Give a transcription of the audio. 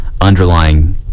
underlying